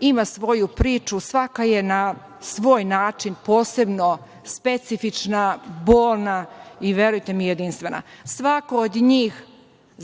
ima svoju priču. Svaka je na svoj način posebno specifična, bolna i, verujte mi, jedinstvena. Svako od njih